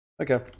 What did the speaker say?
Okay